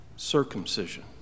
Circumcision